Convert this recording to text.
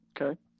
Okay